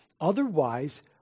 Otherwise